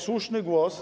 Słuszny głos.